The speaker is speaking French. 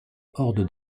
horde